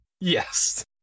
Yes